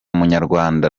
munyarwanda